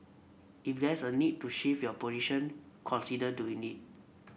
if there's a need to shift your position consider doing it